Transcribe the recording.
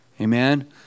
Amen